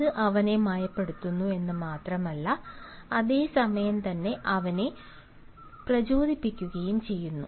അത് അവനെ മയപ്പെടുത്തുന്നു എന്ന് മാത്രമല്ല അതേ സമയം തന്നെ അവനെ പ്രചോദിപ്പിക്കുകയും ചെയ്യുന്നു